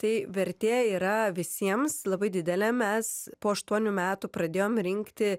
tai vertė yra visiems labai didelė mes po aštuonių metų pradėjom rinkti